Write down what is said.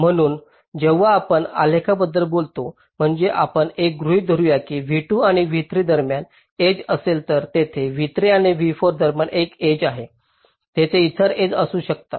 म्हणून जेव्हा आपण आलेखाबद्दल बोलतो म्हणजे आपण असे गृहित धरू की v2 आणि v3 दरम्यान एज असेल तर तेथे v3 आणि v4 दरम्यान एक एज आहे तेथे इतर एज असू शकतात